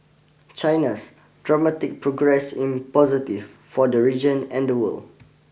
China's dramatic progress in positive for the region and the world